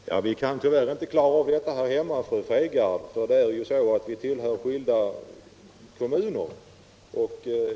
Herr talman! Vi kan tyvärr inte klara av det hemma, fru Fredgardh, för vi tillhör skilda kommuner.